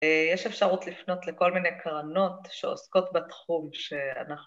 ‫יש אפשרות לפנות לכל מיני קרנות ‫שעוסקות בתחום שאנחנו...